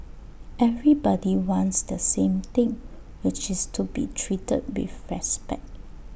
everybody wants the same thing which is to be treated with respect